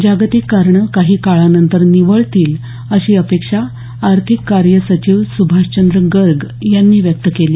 जागतिक कारणं काही काळानंतर निवळतील अशी अपेक्षा आर्थिक कार्य सचीव सुभाषचंद्र गर्ग यांनी व्यक्त केली